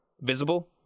visible